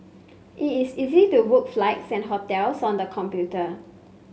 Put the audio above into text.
it is easy to book flights and hotels on the computer